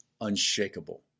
unshakable